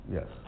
Yes